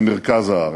במרכז הארץ,